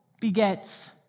begets